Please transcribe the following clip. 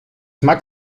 mag